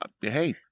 hey